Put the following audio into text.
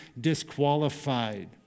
disqualified